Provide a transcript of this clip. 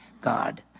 God